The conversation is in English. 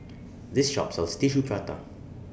This Shop sells Tissue Prata